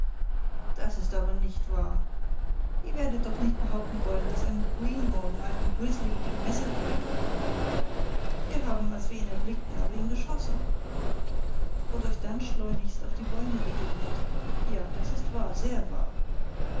das ist nicht wahr ihr werdet doch nicht behaupten wollen daß ein greenhorn einen grizzly mit dem messer töten kann wir haben als wir ihn erblickten auf ihn geschossen und euch dann schleunigst auf die bäume retiriert ja das ist wahr sehr wahr